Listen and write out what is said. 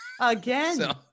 Again